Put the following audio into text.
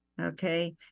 Okay